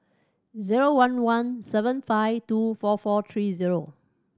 zero one one seven five two four four three zero